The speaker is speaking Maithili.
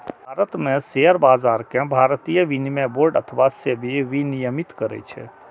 भारत मे शेयर बाजार कें भारतीय विनिमय बोर्ड अथवा सेबी विनियमित करै छै